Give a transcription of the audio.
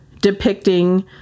depicting